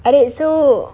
adik so